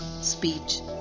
speech